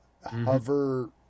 hover